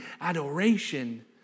adoration